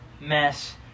mess